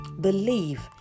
believe